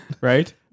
Right